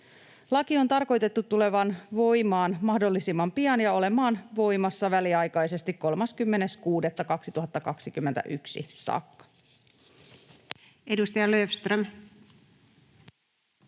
Laki on tarkoitettu tulemaan voimaan mahdollisimman pian ja olemaan voimassa väliaikaisesti 30.6.2021 saakka. Edustaja Löfström.